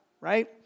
right